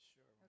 Sure